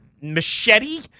machete